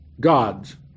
gods